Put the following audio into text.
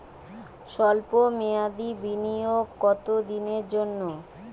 সল্প মেয়াদি বিনিয়োগ কত দিনের জন্য?